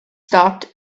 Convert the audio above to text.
stopped